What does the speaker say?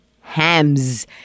Hams